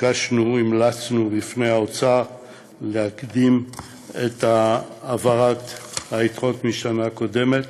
ביקשנו-המלצנו בפני האוצר להקדים את העברת היתרות משנה קודמת,